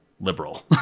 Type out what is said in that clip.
liberal